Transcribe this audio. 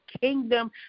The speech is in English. kingdom